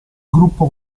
gruppo